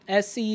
SC